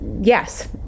yes